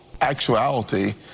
actuality